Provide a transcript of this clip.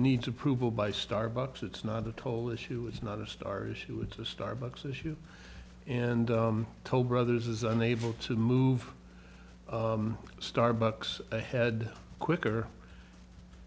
needs approval by starbucks it's not a toll issue it's not a star issue it's a starbucks issue and toll brothers is unable to move starbucks ahead quicker